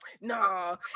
nah